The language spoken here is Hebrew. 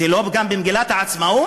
זה לא פגם במגילת העצמאות?